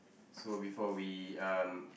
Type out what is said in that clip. so before we um